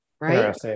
right